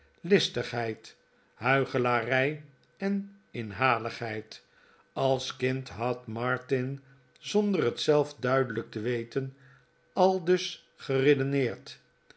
listigheid huichelarij en inhaligheid als kind had martin zonder het zelf duidelijk te weten aldus geredeneerd